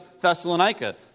Thessalonica